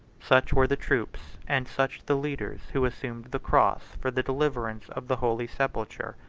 such were the troops, and such the leaders, who assumed the cross for the deliverance of the holy sepulchre.